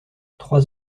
trois